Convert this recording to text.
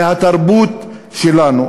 מהתרבות שלנו,